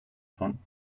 son